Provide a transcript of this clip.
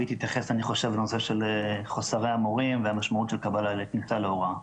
אני חושב שהיא תתייחס לנושא חוסרי המורים והמשמעות של כניסה להוראה.